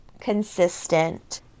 consistent